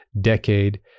decade